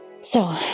So